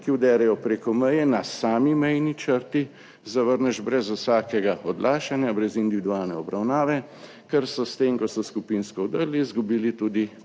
ki vderejo preko meje na sami mejni črti zavrneš brez vsakega odlašanja, brez individualne obravnave, ker so s tem, ko so skupinsko vdrli izgubili tudi